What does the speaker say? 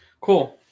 Cool